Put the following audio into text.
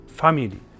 family